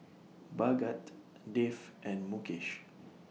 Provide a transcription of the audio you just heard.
Bhagat Dev and Mukesh